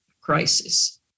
crisis